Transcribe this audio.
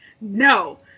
no